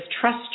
trust